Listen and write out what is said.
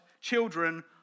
children